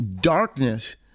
darkness